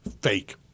Fake